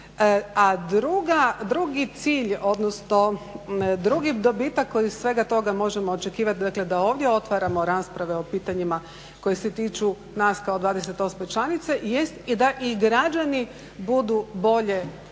A drugi cilj odnosno drugi dobitak koji iz svega toga možemo očekivati, dakle da ovdje otvaramo rasprave o pitanjima koja se tiču nas kao 28 članice jest i da i građani budu bolje